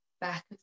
Back